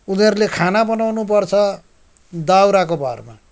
उनीहरूले खाना बनाउनु पर्छ दाउराको भरमा